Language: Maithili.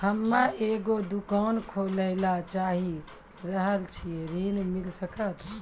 हम्मे एगो दुकान खोले ला चाही रहल छी ऋण मिल सकत?